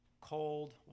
cold